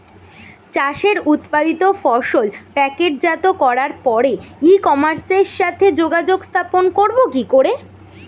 চাষের উৎপাদিত ফসল প্যাকেটজাত করার পরে ই কমার্সের সাথে যোগাযোগ স্থাপন করব কি করে?